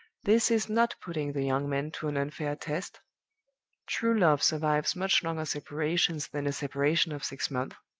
this is not putting the young man to an unfair test true love survives much longer separations than a separation of six months.